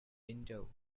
window